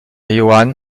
johan